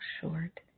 short